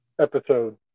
episode